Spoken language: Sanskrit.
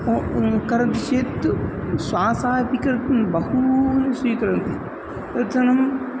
कु करोति चेत् श्वासोऽपि कर् बहून् स्वीकुर्वन्ति तरणम्